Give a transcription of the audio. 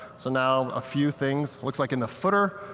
so now a few things, looks like in the footer,